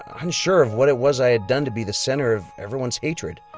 unsure of what it was i had done to be the center of everyone's hatred.